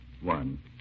One